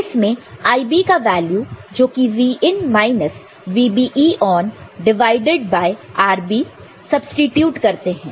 इसमें IB का value जोकि Vin minus VBE divide by RB substitute करते हैं